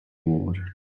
ward